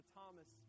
Thomas